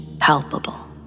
palpable